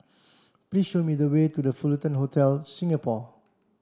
please show me the way to The Fullerton Hotel Singapore